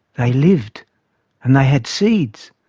they lived and they had seeds.